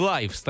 Life